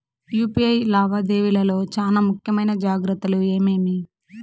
UPI లావాదేవీల లో చానా ముఖ్యమైన జాగ్రత్తలు ఏమేమి?